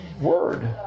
word